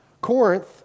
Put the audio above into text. Corinth